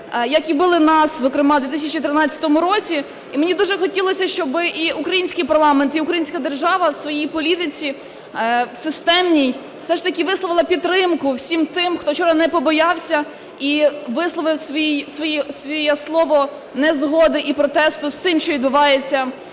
як і били нас, зокрема в 2013 році. І мені дуже хотілося, щоб і український парламент, і українська держава в своїй політиці системній все ж таки висловила підтримку всім тим, хто вчора не побоявся і висловив своє слово незгоди і протесту з тим, що відбувається